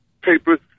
papers